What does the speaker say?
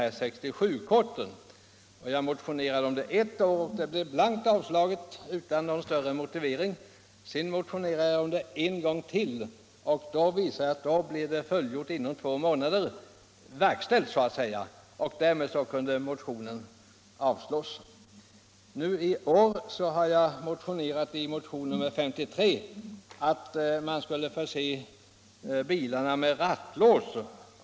När jag första gången motionerade i ärendet blev det blankt avslag utan någon egentlig motivering. När jag motionerade ytterligare en gång i ärendet blev motionens syfte tillgodosett inom två månader, och därmed kunde motionen avslås. I år har jag i motionen 1975:53 föreslagit att nya bilar skall förses med rattlås.